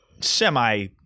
semi